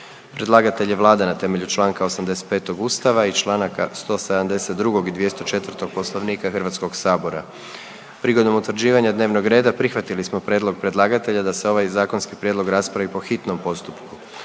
Predlagatelj je Vlada RH na temelju čl. 85. Ustava i čl. 172. i 204. Poslovnika Hrvatskog sabora. Prigodom utvrđivanja dnevnog reda prihvatili smo prijedlog predlagatelja da se ovaj zakonski prijedlog raspravi po hitnom postupku.